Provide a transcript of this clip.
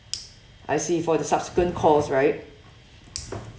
I see for the subsequent calls right